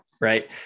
right